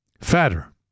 fatter